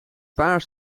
paar